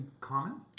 common